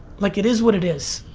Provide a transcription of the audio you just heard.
like it is what it is,